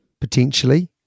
Potentially